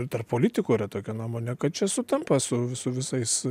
ir tarp politikų yra tokia nuomonė kad čia sutampa su visu visais